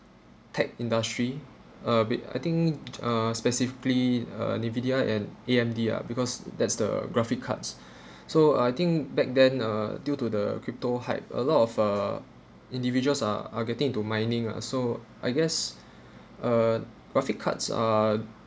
tech industry uh bit I think uh specifically uh D_V_D_R and A_M_D_R because that's the graphic cards so I think back then uh due to the crypto height a lot of uh individuals are are getting into mining lah so I guess uh graphic cards are